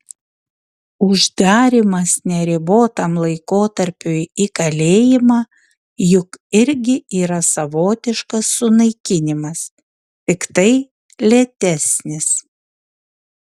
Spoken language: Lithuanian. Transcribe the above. uždarymas neribotam laikotarpiui į kalėjimą juk irgi yra savotiškas sunaikinimas tiktai lėtesnis